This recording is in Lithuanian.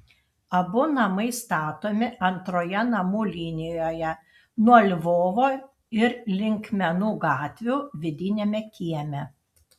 abu namai statomi antroje namų linijoje nuo lvovo ir linkmenų gatvių vidiniame kieme